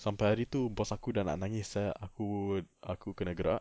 sampai hari tu boss aku dah nak nangis sia aku aku kena gerak